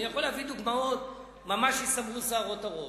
אני יכול להביא דוגמאות, ממש יסמרו שערות הראש.